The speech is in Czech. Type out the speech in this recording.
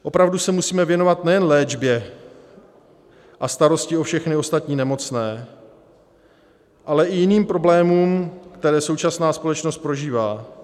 Opravdu se musíme věnovat nejen léčbě a starosti o všechny ostatní nemocné, ale i jiným problémům, které současná společnost prožívá.